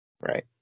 Right